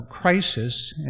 crisis